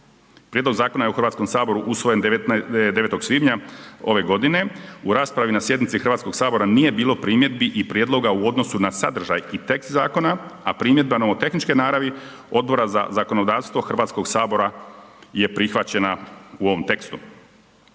Prijedlog zakona je u HS-u usvojen 9. svibnja ove godine. U raspravi na sjednici HS-a nije bilo primjedbi i prijedloga u odnosu na sadržaj i tekst zakona, a primjedbama tehničke naravi Odbora za zakonodavstvo HS-a je prihvaćena u ovom tekstu.